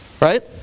Right